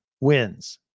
wins